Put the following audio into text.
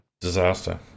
Disaster